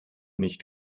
nicht